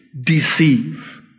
deceive